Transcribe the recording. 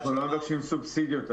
אנחנו לא מבקשים סובסידיות.